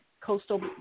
coastal